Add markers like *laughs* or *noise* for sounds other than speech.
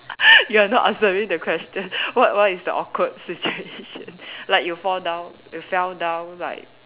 *laughs* you're not answering the question what what is the awkward situation *laughs* like you fall down you fell down like